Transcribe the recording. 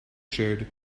shared